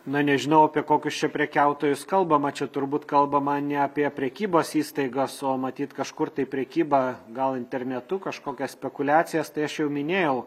na nežinau apie kokius čia prekiautojus kalbama čia turbūt kalbama ne apie prekybos įstaigas o matyt kažkur tai prekybą gal internetu kažkokias spekuliacijas tai aš jau minėjau